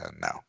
no